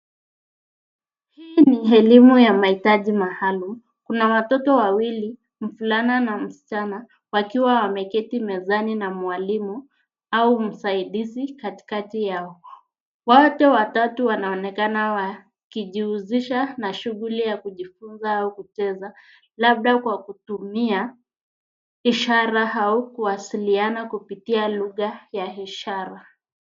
Kuna watoto wawili, mvulana na msichana, wameketi mezani huku mwalimu au msaidizi akiwa katikati yao. Watoto wote wanaonekana kushiriki kwa makini katika shughuli ya kujifunza au kucheza. Huenda wanatumia ishara kwa mawasiliano